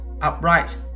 upright